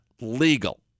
legal